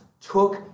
Took